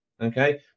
okay